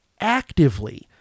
actively